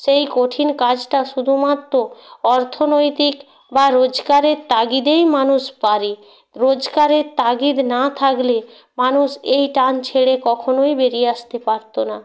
সেই কঠিন কাজটা শুধুমাত্র অর্থনৈতিক বা রোজগারের তাগিদেই মানুষ পারে রোজগারের তাগিদ না থাকলে মানুষ এই টান ছেড়ে কখনোই বেরিয়ে আসতে পারত না